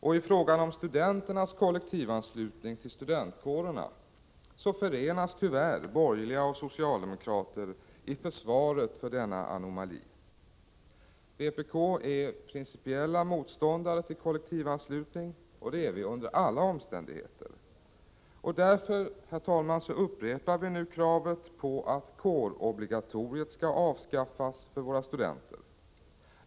Och i fråga om studenternas kollektivanslutning till studentkårerna förenas tyvärr borgerliga och socialdemokrater i försvaret för denna anomali. Vpk är principiell motståndare till kollektivanslutning — under alla omständigheter. Därför upprepar vi nu kravet på att kårobligatoriet skall avskaffas för våra studenter.